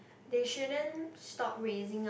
they shouldn't stop raising up